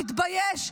תתבייש.